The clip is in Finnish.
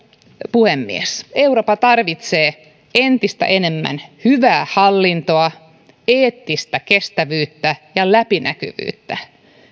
puhemies eurooppa tarvitsee entistä enemmän hyvää hallintoa eettistä kestävyyttä ja läpinäkyvyyttä